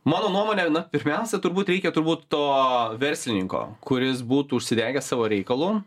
mano nuomone na pirmiausia turbūt reikia turbūt to verslininko kuris būtų užsidegęs savo reikalu